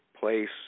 Place